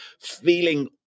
feeling